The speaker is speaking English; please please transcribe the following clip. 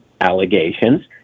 allegations